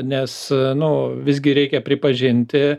nes nu visgi reikia pripažinti